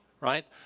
right